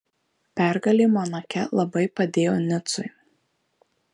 pergalė monake labai padėjo nicui